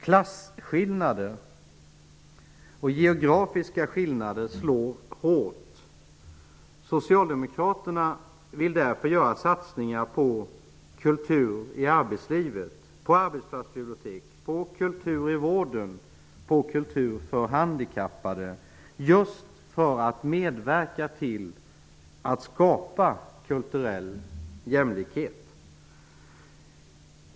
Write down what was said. Klasskillnader och geografiska skillnader slår hårt. Socialdemokraterna vill därför göra satsningar på kultur i arbetslivet, arbetsplatsbibliotek, kultur i vården, kultur för handikappade -- just för att medverka till att skapa kulturell jämlikhet.